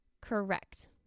correct